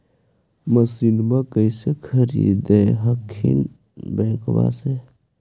मसिनमा कैसे खरीदे हखिन बैंकबा से?